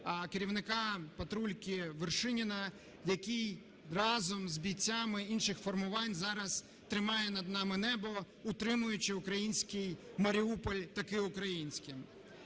керівника "патрульки" Вершиніна, який разом з бійцями інших формувань зараз тримає над нами небо, утримуючи український Маріуполь таки українським.